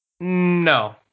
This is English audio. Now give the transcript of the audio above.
No